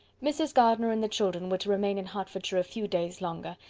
mrs. gardiner and the children were to remain in hertfordshire a few days longer,